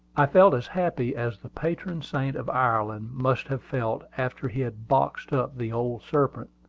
i felt as happy as the patron saint of ireland must have felt after he had boxed up the old serpent,